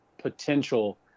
potential